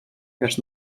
też